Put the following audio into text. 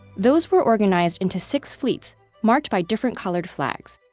those were organized into six fleets marked by different colored flags.